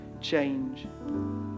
change